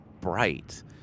bright